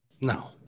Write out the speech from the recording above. No